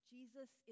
Jesus